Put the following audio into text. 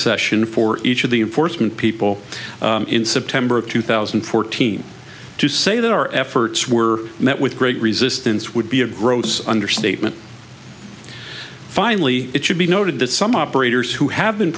session for each of the important people in september of two thousand and fourteen to say that our efforts were met with great resistance would be a gross understatement finally it should be noted that some operators who have been